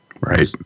Right